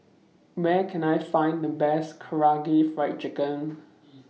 Where Can I Find The Best Karaage Fried Chicken